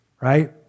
Right